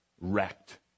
wrecked